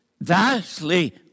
vastly